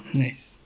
nice